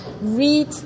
read